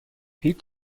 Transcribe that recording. هیچ